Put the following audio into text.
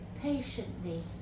patiently